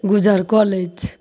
गुजर कऽ लै छै